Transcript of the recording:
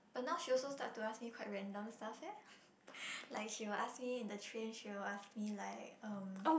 but now she also start to ask me quite random stuff eh like she will ask me in the train she will ask me like um